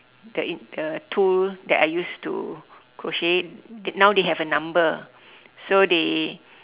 the in the tool that I use to crochet now they have a number so they